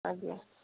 ଆଜ୍ଞା